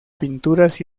pinturas